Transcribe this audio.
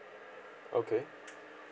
okay